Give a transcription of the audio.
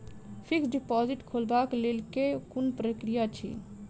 Fixed deposit खोलबाक लेल केँ कुन प्रक्रिया अछि?